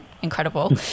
incredible